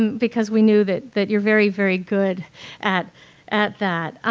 um because we knew that that you are very, very good at at that.